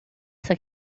esta